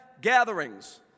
gatherings